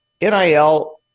nil